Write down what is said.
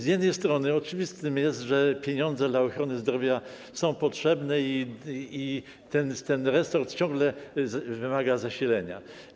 Z jednej strony oczywiste jest, że pieniądze dla ochrony zdrowia są potrzebne i ten resort ciągle wymaga zasilenia.